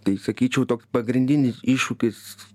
tai sakyčiau toks pagrindinis iššūkis